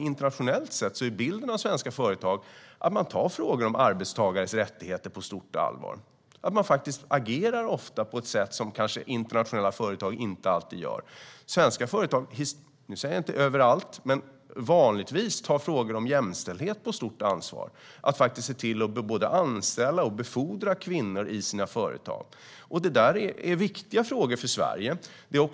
Internationellt sett är bilden av svenska företag att de tar frågor om arbetstagares rättigheter på stort allvar, att de ofta agerar på ett sätt som internationella företag kanske inte alltid gör. Svenska företagare, inte överallt men vanligtvis, tar frågor om jämställdhet på stort allvar och både anställer och befordrar kvinnor i sina företag. Det är viktiga frågor för Sverige.